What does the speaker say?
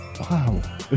Wow